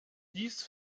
dies